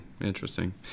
interesting